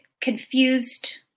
confused